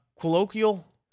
colloquial